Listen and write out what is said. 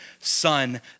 son